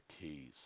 keys